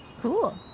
Cool